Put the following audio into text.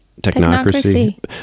Technocracy